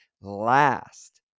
last